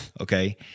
Okay